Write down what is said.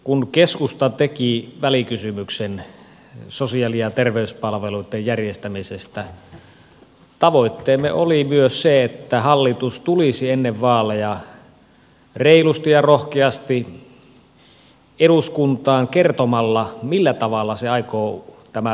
kun keskusta teki välikysymyksen sosiaali ja terveyspalveluitten järjestämisestä tavoitteemme oli myös se että hallitus tulisi ennen vaaleja reilusti ja rohkeasti eduskuntaan kertomaan millä tavalla se aikoo tämän rakenneuudistuksen toteuttaa